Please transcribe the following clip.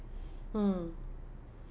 mm